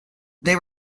they